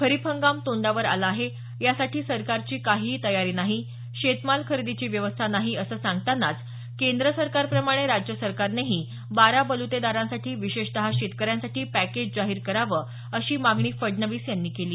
खरीप हंगाम तोंडावर आला आहे यासाठी सरकारची काहीही तयारी नाही शेतमाल खरेदीची व्यवस्था नाही असं सांगतानाच केंद्र सरकारप्रमाणे राज्य सरकारनेही बारा बलुतेदारांसाठी विशेषत शेतकऱ्यांसाठी पॅकेज जाहीर करावं अशी मागणी फडणवीस यांनी केली